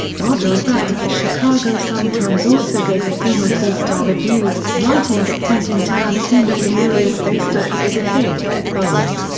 roger ebert of the chicago sun-times also gave the film a four-star review, writing that quentin tarantino's inglourious basterds is a big, bold,